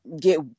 get